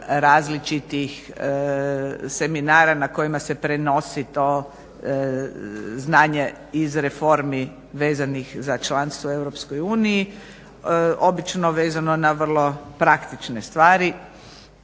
različitih seminara na kojima se prenosi to znanje iz reformi vezanih za članstvo u EU. Obično vezano na vrlo praktične stvari.